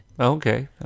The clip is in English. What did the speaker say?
Okay